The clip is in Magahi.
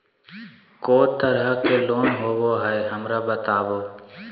को तरह के लोन होवे हय, हमरा बताबो?